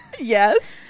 yes